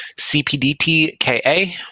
CPDTKA